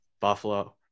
Buffalo